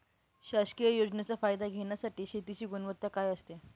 शासकीय योजनेचा फायदा घेण्यासाठी शेतीची गुणवत्ता काय असते?